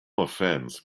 offense